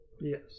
yes